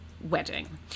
wedding